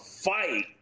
fight